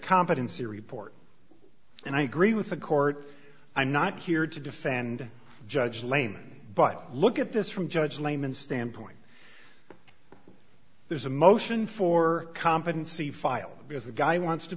competency report and i agree with the court i'm not here to defend judge layman but look at this from judge layman's standpoint there's a motion for competency file because the guy wants to